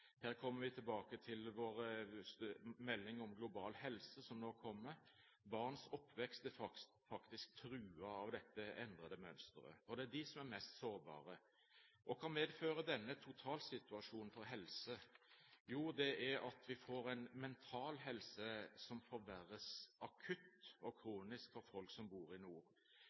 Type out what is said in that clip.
kommer vi tilbake til i forbindelse med vår melding om global helse, som nå kommer – faktisk er truet av dette endrede mønsteret. Det er de som er mest sårbare. Hva medfører denne totalsituasjonen for helse? Jo, det er at vi får en mental helse som forverres akutt og kronisk for folk som bor i nord.